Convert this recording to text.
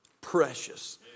precious